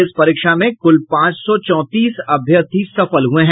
इस परीक्षा में कुल पांच सौ चौतीस अभ्यर्थी सफल हुये हैं